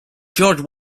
george